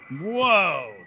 Whoa